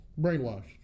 brainwashed